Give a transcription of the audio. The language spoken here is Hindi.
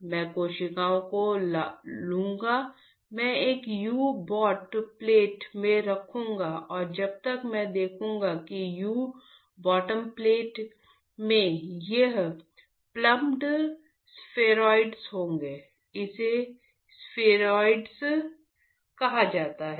तो मैं कोशिकाओं को लूंगा मैं एक U बॉटम प्लेट में रखूंगा और जब तक मैं देखूंगा कि U बॉटम प्लेट में ये प्लम्प्ड स्फेरॉइड कहा जाता है